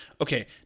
Okay